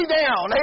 down